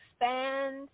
expand